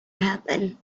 happen